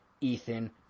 Ethan